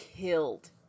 killed